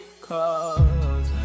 Cause